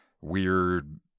weird